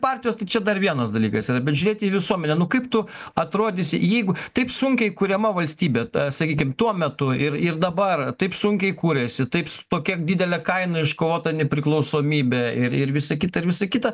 partijos tai čia dar vienas dalykas yra bet žiūrėti į visuomenę nu kaip tu atrodysi jeigu taip sunkiai kuriama valstybė ta sakykim tuo metu ir ir dabar taip sunkiai kūrėsi taip su tokia didele kaina iškovota nepriklausomybė ir ir visa kita ir visa kita